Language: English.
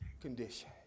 condition